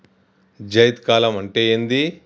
జైద్ కాలం అంటే ఏంది?